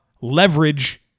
leverage